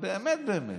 באמת באמת,